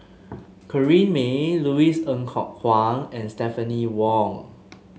Corrinne May Louis Ng Kok Kwang and Stephanie Wong